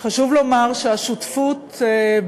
לומר שגם כשהקשבתי